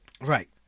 Right